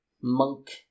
monk